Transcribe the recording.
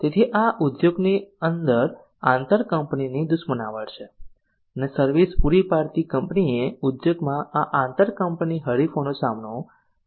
તેથી આ ઉદ્યોગની અંદર આંતર કંપનીની દુશ્મનાવટ છે અને સર્વિસ પૂરી પાડતી કંપનીએ ઉદ્યોગમાં આ આંતર કંપની હરીફોનો સામનો કરવો પડે છે